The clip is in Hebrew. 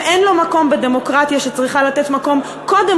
שאין לו מקום בדמוקרטיה שצריכה לתת מקום קודם